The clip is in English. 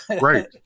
right